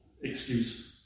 excuse